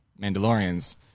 Mandalorians